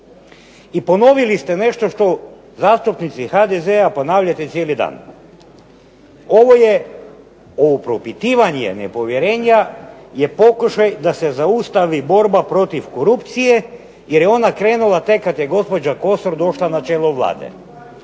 I ponovili ste nešto što zastupnici HDZ-a ponavljate cijeli dan. Ovo je, ovo propitivanje nepovjerenja je pokušaj da se zaustavi borba protiv korupcije jer je ona krenula tek kad je gospođa Kosor došla na čelo Vlade.